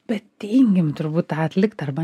bet tingim turbūt tą atlikt arba